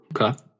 Okay